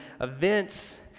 events